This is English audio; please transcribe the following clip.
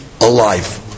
alive